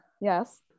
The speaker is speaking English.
yes